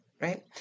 right